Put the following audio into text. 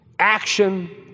action